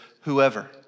whoever